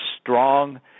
strong